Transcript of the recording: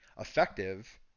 effective